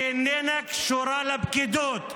והיא איננה קשורה לפקידות.